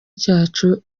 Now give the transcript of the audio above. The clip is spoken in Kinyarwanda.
cyacu